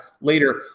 later